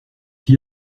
qui